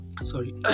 sorry